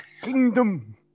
kingdom